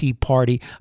party